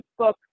Facebook